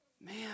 Man